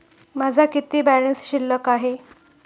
माझा किती बॅलन्स शिल्लक आहे?